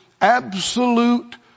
absolute